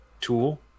tool